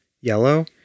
Yellow